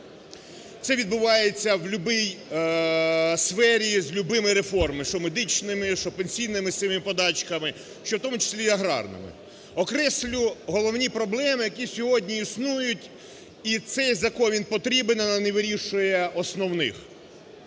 Це відбувається в любій сфері з любими реформами: що медичними, що пенсійними з цими подачками, що в тому числі з аграрними. Окреслю головні проблеми, які сьогодні існують і цей закон він потрібен, але не вирішує основних.